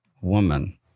Woman